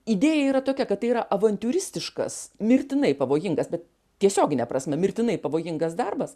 idėja yra tokia kad tai yra avantiūristiškas mirtinai pavojingas bet tiesiogine prasme mirtinai pavojingas darbas